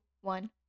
one